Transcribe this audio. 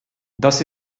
das